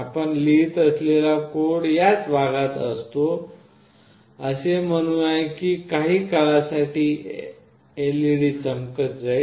आपण लिहीत असलेला कोड याच भागात असतो असे म्हणूया की काही काळासाठी LED चमकत जाईल